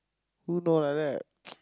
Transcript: who don't like that